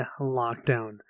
Lockdown